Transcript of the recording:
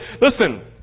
Listen